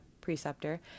preceptor